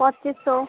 पच्चिस सौ